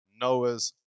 Noah's